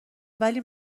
ولی